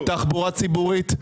תחבורה ציבורית,